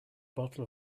bottle